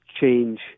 change